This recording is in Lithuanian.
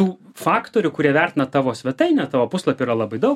tų faktorių kurie vertina tavo svetainę tavo puslapį yra labai daug